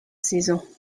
saison